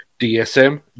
DSM